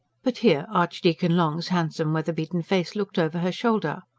but here archdeacon long's handsome, weatherbeaten face looked over her shoulder.